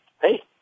hey